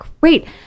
Great